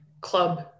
club